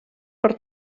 per